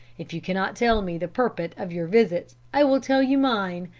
if you cannot tell me the purport of your visit i will tell you mine.